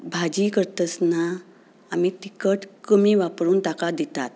भाजी करतासतना आमी तिखट कमी वापरून ताका दितात